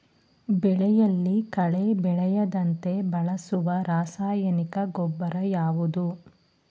ಬೆಳೆಯಲ್ಲಿ ಕಳೆ ಬೆಳೆಯದಂತೆ ಬಳಸುವ ರಾಸಾಯನಿಕ ಗೊಬ್ಬರ ಯಾವುದು?